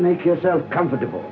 make yourself comfortable